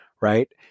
right